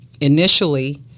initially